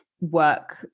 work